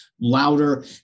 louder